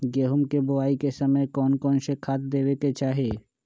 गेंहू के बोआई के समय कौन कौन से खाद देवे के चाही?